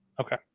Okay